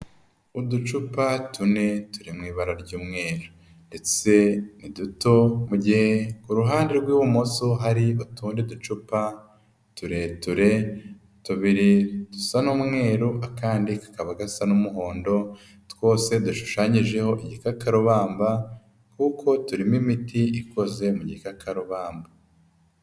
Uducupa tune turi mu ibara ry'umweru ndetse ni duto mu gihe ku ruhande rw'ibumoso hari utundi ducupa tureture tubiri dusa n'umweru akandi kakaba gasa n'umuhondo, twose dushushanyijeho ikakarubamba kuko turimo imiti ikoze mu gikakarubamba.